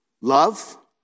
Love